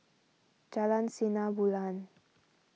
Jalan Sinar Bulan